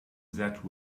that